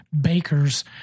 Baker's